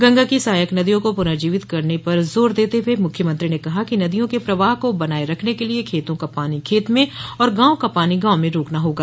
गंगा की सहायक नदियों को पुर्नजीवित करने पर जोर देते हुए मुख्यमंत्री ने कहा कि नदियों के प्रवाह को बनाए रखने के लिये खेतों का पानी खेत में और गांव का पानी गांव में रोकना होगा